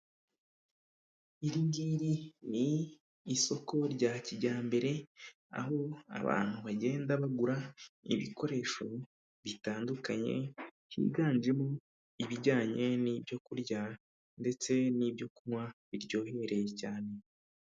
Iri ngiri ni isoko rya kijyambere, aho abantu bagenda bagura ibikoresho bitandukanye, byiganjemo ibijyanye n'ibyo kurya ndetse n'ibyo kunywa biryohereye cyane.